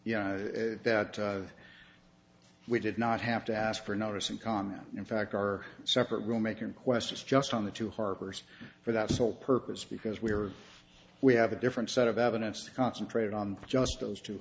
know that we did not have to ask for notice and comment in fact our separate room making question is just on the two harbors for that sole purpose because we are we have a different set of evidence to concentrate on just those two